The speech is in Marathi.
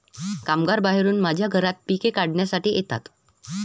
कामगार बाहेरून माझ्या घरात पिके काढण्यासाठी येतात